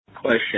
Question